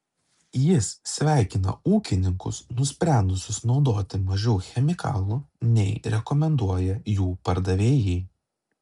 jis sveikina ūkininkus nusprendusius naudoti mažiau chemikalų nei rekomenduoja jų pardavėjai